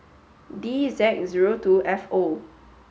D Z zero two F O